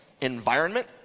environment